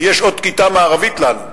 כי יש עוד כיתה מערבית לנו.